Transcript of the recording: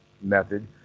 method